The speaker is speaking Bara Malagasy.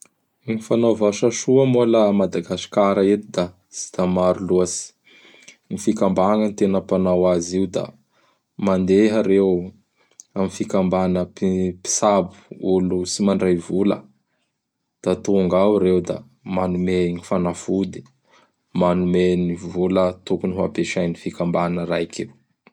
Gn fanaova asa soa moa laha a Madagasikara eto da tsy da maro loatsy. Gny fikambagna gny tena mpanao azy io; da mandeha reo am fikambagna Mpitsabo olo tsy mandray vola; da tonga ao ireo da manome gny fanafody, manome gny vola ho ampiasanio fikambana raiky io.